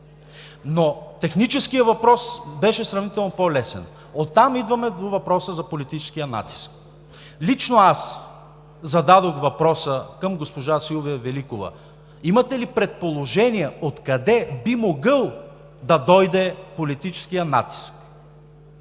Техническият въпрос беше сравнително по-лесен. Оттам идваме до въпроса за политическия натиск. Лично аз зададох въпроса към госпожа Силвия Великова: Имате ли предположения откъде би могъл да дойде политическият натиск,